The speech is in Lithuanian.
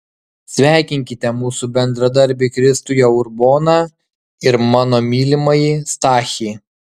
sveikinkite mūsų bendradarbį kristuje urboną ir mano mylimąjį stachį